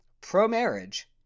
pro-marriage